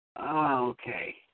Okay